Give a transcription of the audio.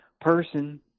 person